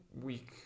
week